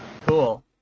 Cool